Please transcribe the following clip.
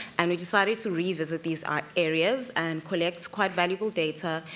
and we decided to revisit these ah areas, and collect quite valuable data,